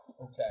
okay